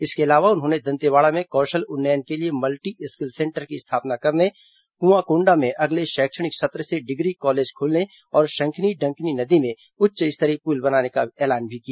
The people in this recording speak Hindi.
इसके अलावा उन्होंने दन्तेवाड़ा में कौशल उन्नयन के लिए मल्टी स्किल सेंटर की स्थापना करने कुआंकॉंडा में अगले शैक्षणिक सत्र से डिग्री कॉलेज खोलने और शंखिनी डंकनी नदी में उच्च स्तरीय पुल बनाने का ऐलान भी किया